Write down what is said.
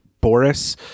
Boris